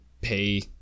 pay